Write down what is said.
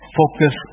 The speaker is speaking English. focus